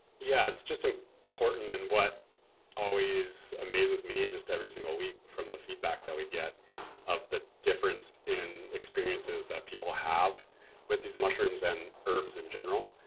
yeah, it's just ah important. and what always amazes me just every single week from the feedback that we get of the difference in experiences that people have with these mushrooms and herbs in general.